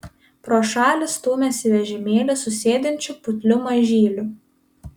pro šalį stūmėsi vežimėlį su sėdinčiu putliu mažyliu